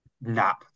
nap